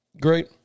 Great